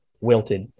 wilted